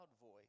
voice